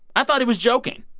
i thought he was joking.